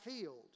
field